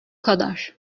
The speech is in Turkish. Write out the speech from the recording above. kadar